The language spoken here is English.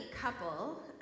couple